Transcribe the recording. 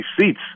seats